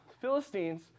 Philistines